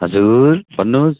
हजुर भन्नु होस्